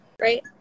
right